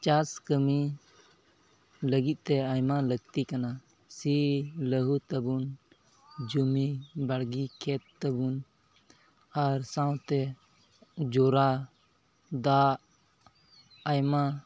ᱪᱟᱥ ᱠᱟᱹᱢᱤ ᱞᱟᱹᱜᱤᱫ ᱛᱮ ᱟᱭᱢᱟ ᱞᱟᱹᱠᱛᱤ ᱠᱟᱱᱟ ᱥᱤ ᱞᱟᱦᱩᱫᱟᱵᱚᱱ ᱡᱚᱢᱤ ᱵᱟᱲᱜᱮ ᱠᱷᱮᱛ ᱛᱟᱵᱚᱱ ᱟᱨ ᱥᱟᱶᱛᱮ ᱡᱚᱨᱟ ᱫᱟᱜ ᱟᱭᱢᱟ